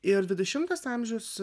ir dvidešimtas amžius